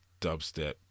dubstep